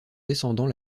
descendant